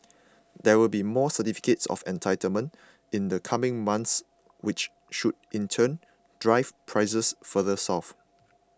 there will be more certificates of entitlement in the coming month which should in turn drive prices further south